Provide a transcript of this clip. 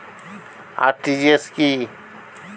RTGS কি?